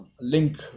link